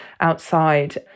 outside